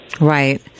Right